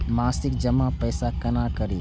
मासिक जमा पैसा केना करी?